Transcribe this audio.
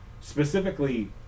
specifically